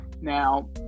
Now